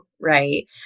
right